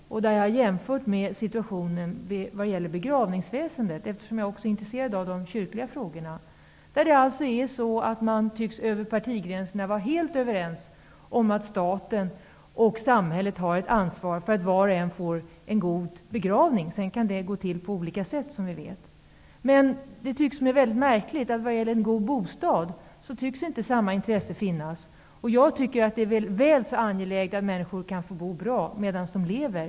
Eftersom jag också är intresserad av de kyrkliga frågorna, har jag gjort en jämförelse med situationen vad gäller begravningsväsendet. Man tycks över partigränserna vara helt överens om att samhället har ett ansvar för att var och en får en god begravning, vilken sedan som bekant kan utformas på olika sätt. Det tycks mig märkligt att samma intresse inte tycks finnas vad gäller en god bostad. Jag tycker att det är väl så angeläget att människor kan få bo bra medan de lever.